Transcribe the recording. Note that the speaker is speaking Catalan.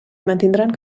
mantindran